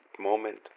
moment